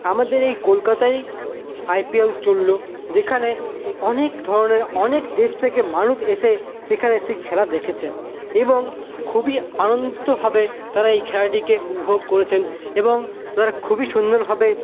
আমাদের এই কলকাতায় আইপিএল চলল যেখানে অনেক ধরনের অনেক দেশ থেকে মানুষ এসে সেখানে এসে খেলা দেখেছে এবং খুবই আনন্দিতভাবে তারা এই খেলাটিকে উপভোগ করেছেন এবং তারা খুবই সুন্দরভাবে